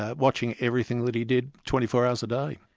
ah watching everything that he did twenty four hours a day.